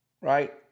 right